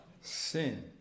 sin